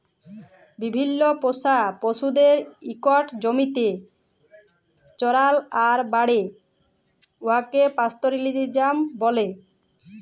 বিভিল্ল্য পোষা পশুদের ইকট জমিতে চরাল আর বাড়ে উঠাকে পাস্তরেলিজম ব্যলে